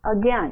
again